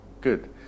Good